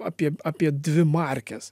apie apie dvi markes